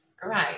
Great